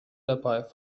dabei